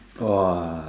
!wah!